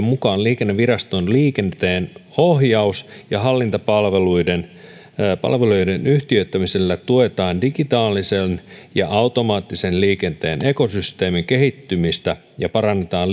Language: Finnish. mukaan liikenneviraston liikenteenohjaus ja hallintapalveluiden yhtiöittämisellä tuetaan digitaalisen ja automaattisen liikenteen ekosysteemin kehittymistä ja parannetaan